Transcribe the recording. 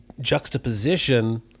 juxtaposition